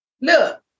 Look